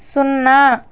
సున్నా